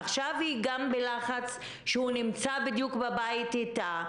עכשיו היא גם בלחץ שהוא נמצא בדיוק בבית איתה,